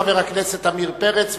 חבר הכנסת עמיר פרץ,